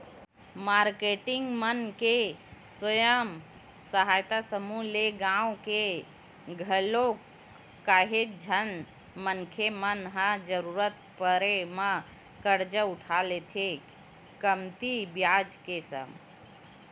marketing मन के स्व सहायता समूह ले गाँव के घलोक काहेच झन मनखे मन ह जरुरत पड़े म करजा उठा लेथे कमती बियाज के संग